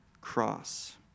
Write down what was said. cross